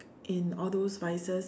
in all those vices